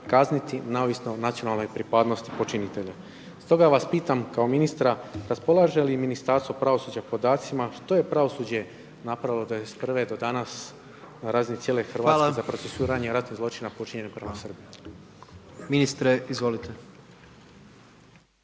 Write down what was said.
kazniti, neovisno o nacionalnoj pripadnosti počinitelja. Stoga vas pitam kao ministra, raspolaže li Ministarstvo pravosuđa podacima što je pravosuđe napravilo '91. do danas na razini cijele Hrvatske za procesuiranje ratnih zločina počinjenih upravo u Srbiji?